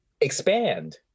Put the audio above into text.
expand